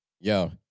yo